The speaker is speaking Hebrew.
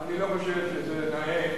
אני לא חושב שזה נאה